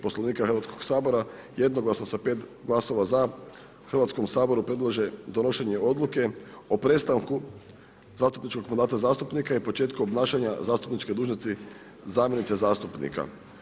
Poslovnika Hrvatskog sabora, jednoglasno sa 5 glasova za Hrvatskom saboru predlaže donošenje Odluke o prestanku zastupničkog mandata zastupnika i početku obnašanja zastupničke dužnosti zamjenici zastupnika.